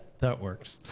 that works.